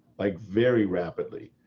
like very rapidly.